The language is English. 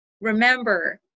remember